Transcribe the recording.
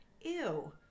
ew